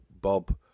Bob